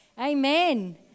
amen